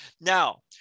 Now